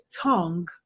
tongue